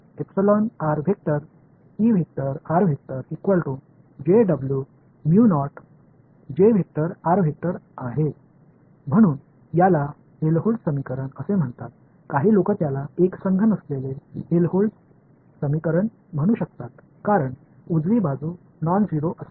எனவே இது ஹெல்ம்ஹோல்ட்ஸ் சமன்பாடு என்று அழைக்கப்படுகிறது சிலர் இதை நான் ஹோமோஜினியஸ் ஹெல்ம்ஹோல்ட்ஸ் சமன்பாடு என்று அழைக்கலாம் ஏனெனில் வலது புறம் நான்ஐீரோ